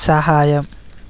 సహాయం